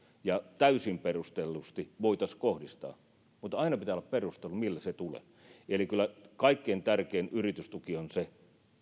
ja täysin perustellusti voitaisiin kohdistaa mutta aina pitää olla perustelu millä se tulee eli kyllä kaikkein tärkein yritystuki on se